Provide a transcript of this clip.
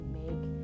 make